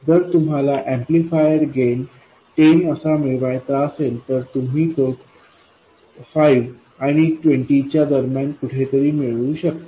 जर तुम्हाला amplifier gain 10 असा मिळवायचा असेल तर तुम्ही तो 5 आणि 20 च्या दरम्यान कुठेतरी मिळवू शकता